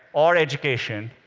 or education,